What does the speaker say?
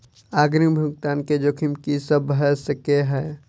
अग्रिम भुगतान केँ जोखिम की सब भऽ सकै हय?